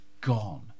gone